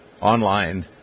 online